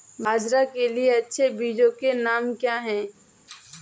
बाजरा के लिए अच्छे बीजों के नाम क्या हैं?